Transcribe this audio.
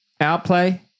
outplay